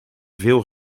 veel